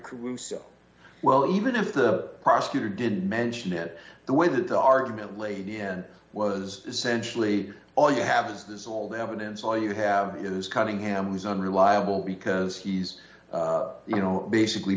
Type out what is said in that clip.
caruso well even if the prosecutor didn't mention it the way that the argument laid in was essentially all you have is this all the evidence all you have is cunningham is unreliable because he's you know basically